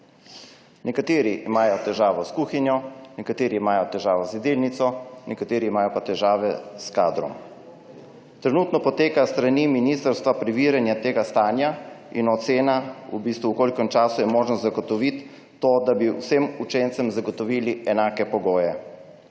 Nekateri imajo težave s kuhinjo, nekateri imajo težave z jedilnico, nekateri imajo pa težave s kadrom. Trenutno poteka s strani ministrstva preverjanje tega stanja in ocena, v bistvu, v kolikem času je možno zagotoviti to, da bi vsem učencem zagotovili enake pogoje.